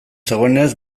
zegoenez